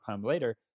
later